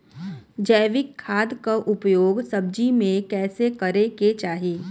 जैविक खाद क उपयोग सब्जी में कैसे करे के चाही?